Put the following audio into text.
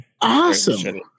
awesome